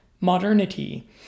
modernity